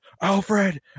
Alfred